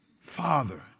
father